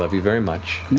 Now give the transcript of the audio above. love you very much and,